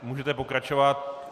Můžete pokračovat.